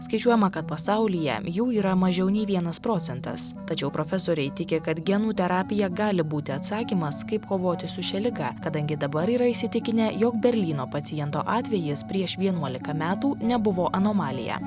skaičiuojama kad pasaulyje jų yra mažiau nei vienas procentas tačiau profesoriai tiki kad genų terapija gali būti atsakymas kaip kovoti su šia liga kadangi dabar yra įsitikinę jog berlyno paciento atvejis prieš vienuolika metų nebuvo anomalija